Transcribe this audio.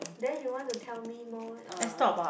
then you want to tell me more uh